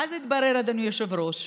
ואז התברר, אדוני היושב-ראש,